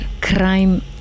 crime